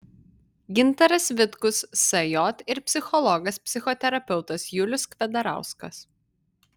gintaras vitkus sj ir psichologas psichoterapeutas julius kvedarauskas